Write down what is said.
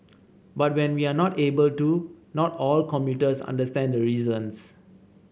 but when we are not able to not all commuters understand the reasons